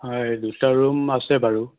হয় দুটা ৰুম আছে বাৰু